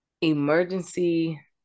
emergency